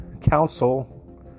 council